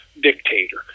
dictator